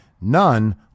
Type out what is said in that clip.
none